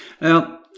Now